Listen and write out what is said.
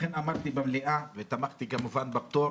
לכן אמרתי במליאה ותמכתי כמובן בפטור